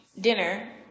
dinner